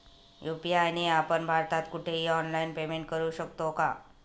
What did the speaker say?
UPI ने आपण भारतात कुठेही ऑनलाईन पेमेंट करु शकतो का?